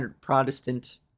Protestant